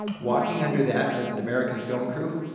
walking under that as an american film crew,